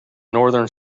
northern